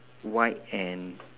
white and